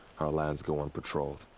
our lands go unpatrolled.